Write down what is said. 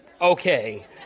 Okay